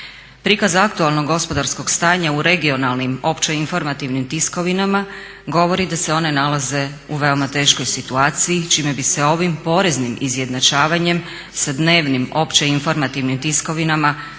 Prikaz aktualnog gospodarskog stanja u regionalnim, opće informativnim tiskovinama govori da se one nalaze u veoma teškoj situaciji čime bi se ovim poreznim izjednačavanjem sa dnevnim opće informativnim tiskovinama